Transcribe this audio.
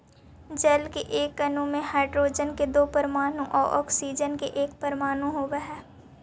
जल के एक अणु में हाइड्रोजन के दो परमाणु आउ ऑक्सीजन के एक परमाणु होवऽ हई